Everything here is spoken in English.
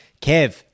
Kev